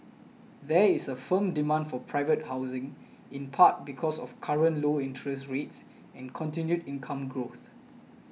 there is a firm demand for private housing in part because of current low interest rates and continued income growth